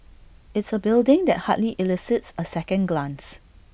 it's A building that hardly elicits A second glance